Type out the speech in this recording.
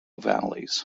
valleys